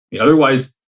Otherwise